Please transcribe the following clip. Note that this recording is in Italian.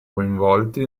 coinvolti